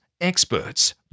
experts